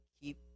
keep